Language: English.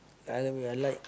Thailand me I like